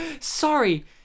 Sorry